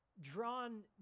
drawn